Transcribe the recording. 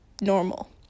normal